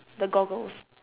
the goggles